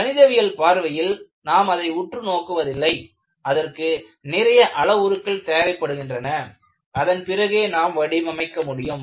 கணிதவியல் பார்வையில் நாம் அதை உற்று நோக்குவதில்லை அதற்கு நிறைய அளவுருக்கள் தேவைப்படுகின்றன அதன்பிறகே நாம் வடிவமைக்க முடியும்